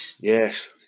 Yes